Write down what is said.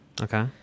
Okay